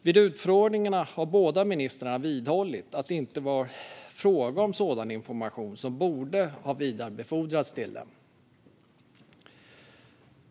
Vid utfrågningarna har båda ministrarna vidhållit att det inte var fråga om sådan information som borde ha vidarebefordrats till dem.